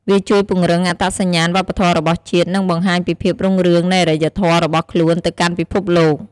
វាជួយពង្រឹងអត្តសញ្ញាណវប្បធម៌របស់ជាតិ និងបង្ហាញពីភាពរុងរឿងនៃអរិយធម៌របស់ខ្លួនទៅកាន់ពិភពលោក។